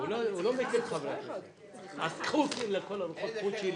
6 נגד, 7 נמנעים,